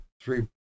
three